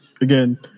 Again